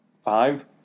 five